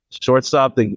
shortstop